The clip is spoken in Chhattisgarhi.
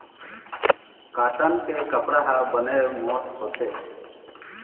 कॉटन के कपड़ा ह बने मोठ्ठ होथे